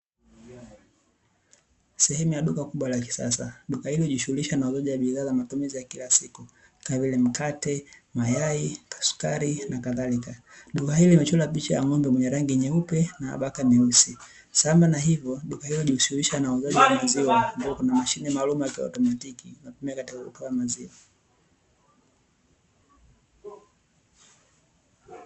Sehemu ya duka kubwa la kisasa ,duka hilo linajihusisha na uuzaji wa bidhaa za matumizi ya kila siku kama vile mkate ,mayai ,sukari na kadhalika ,duka hili limechorwa picha ya ng'ombe mwenye rangi nyeupe na mabaka meusi ,sambamba na ivyo duka hilo linajishunhulisha na uuzaji wa maziwa ambayo kuna mashine maalumu ya kiautomatiki inayotumika kupima maziwa .